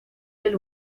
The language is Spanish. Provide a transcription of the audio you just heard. del